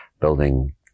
building